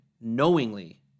knowingly